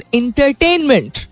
entertainment